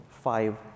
five